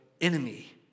enemy